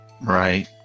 Right